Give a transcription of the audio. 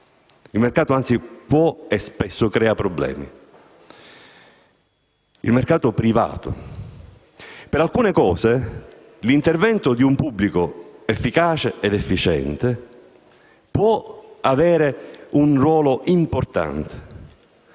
il mercato, anzi, può e spesso crea problemi. Per alcuni versi, l'intervento di un pubblico efficace ed efficiente può avere un ruolo importante.